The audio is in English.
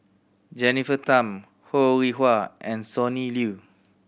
Jennifer Tham Ho Rih Hwa and Sonny Liew